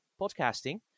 podcasting